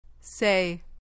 Say